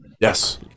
yes